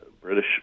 British